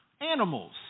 animals